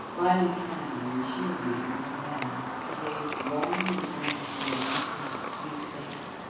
lighting a candle and shielding it with her hand, she gazed long and earnestly at reuther's sweet face.